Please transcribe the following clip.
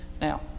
Now